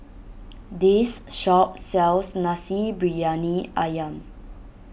this shop sells Nasi Briyani Ayam